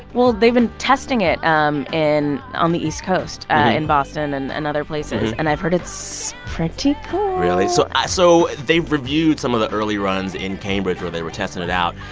well they've been testing it um in on the east coast in boston and and other places. and i've heard it's pretty cool really? so so they've reviewed some of the early runs in cambridge where they were testing it out.